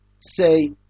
say